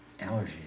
Allergies